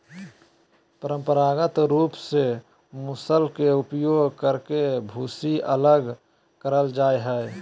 परंपरागत रूप से मूसल के उपयोग करके भूसी अलग करल जा हई,